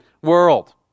world